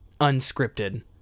unscripted